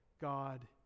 God